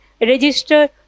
Register